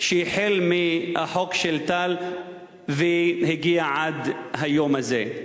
שהחל מחוק טל והגיע עד ליום הזה.